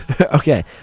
Okay